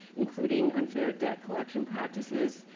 including unfair debt collection practices,